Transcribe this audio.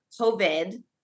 COVID